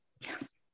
Yes